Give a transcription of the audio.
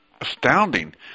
astounding